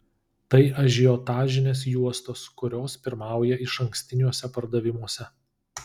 tai ažiotažinės juostos kurios pirmauja išankstiniuose pardavimuose